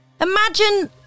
Imagine